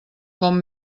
com